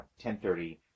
10.30